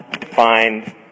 find